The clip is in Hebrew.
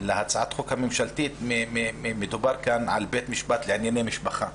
להצעת החוק הממשלתית מדובר על בית משפט לענייני משפחה.